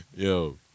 Yo